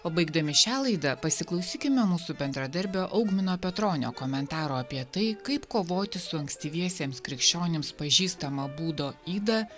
o baigdami šią laidą pasiklausykime mūsų bendradarbio augmino petronio komentaro apie tai kaip kovoti su ankstyviesiems krikščionims pažįstama būdo yda